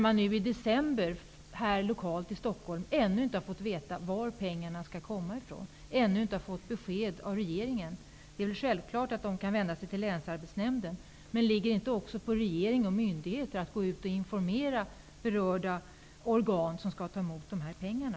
I december har man i Stockholm ännu inte fått veta var pengarna skall komma ifrån. Man har ännu inte fått besked av regeringen. Självfallet kan man vända sig till länsarbetsnämnden. Men ligger det inte på regeringen och myndigheter att informera berörda organ som skall ta emot pengarna?